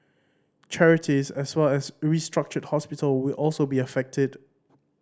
charities as well as restructured hospital will also be affected